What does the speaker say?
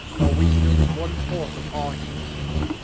while we get only one-fourth of our total amount.